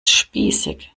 spießig